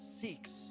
seeks